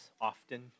often